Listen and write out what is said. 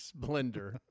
blender